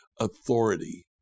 authority